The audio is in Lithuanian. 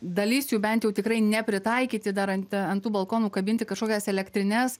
dalis jų bent jau tikrai nepritaikyti dar ant ant tų balkonų kabinti kažkokias elektrines